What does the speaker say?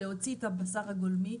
תוציא את הבשר הגולמי.